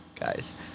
guys